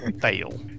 Fail